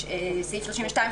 סעיף 32,